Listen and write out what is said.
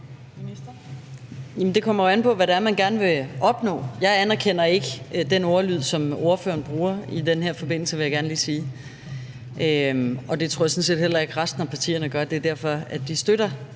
det kommer jo an på, hvad det er, man gerne vil opnå. Jeg anerkender ikke den ordlyd, som ordføreren bruger i den her forbindelse, vil jeg gerne lige sige. Og det tror jeg sådan set heller ikke resten af partierne gør. Det er derfor, at de støtter